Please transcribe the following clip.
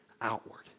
outward